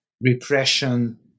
repression